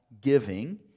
giving